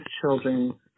children